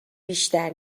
بیشتر